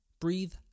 Breathe